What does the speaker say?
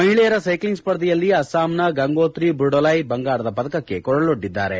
ಮಹಿಳೆಯರ ಸೈಕ್ಷಿಂಗ್ ಸ್ಪರ್ಧೆಯಲ್ಲಿ ಅಸ್ಲಾಂನ ಗಂಗೋತ್ರಿ ಬೋರ್ಡೋಲೈ ಬಂಗಾರದ ಪದಕಕ್ಕೆ ಕೊರಳ್ಮೊಡ್ಡಿದ್ದಾರೆ